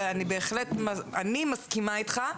ואני מסכימה איתך,